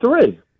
three